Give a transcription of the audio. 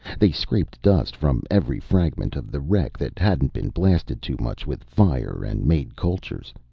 they scraped dust from every fragment of the wreck that hadn't been blasted too much with fire, and made cultures.